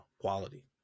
quality